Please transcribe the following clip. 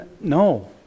no